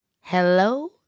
hello